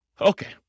Okay